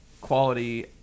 Quality